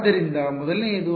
ಆದ್ದರಿಂದ ಮೊದಲನೆಯದು